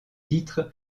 titres